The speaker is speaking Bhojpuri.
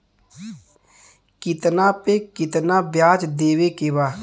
कितना पे कितना व्याज देवे के बा?